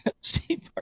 Steve